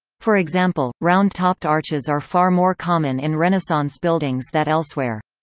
for example, round-topped arches are far more common in renaissance buildings that elsewhere.